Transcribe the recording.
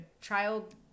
child